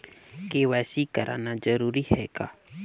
KYC कराना जरूरी है का?